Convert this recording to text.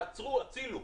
הצילו,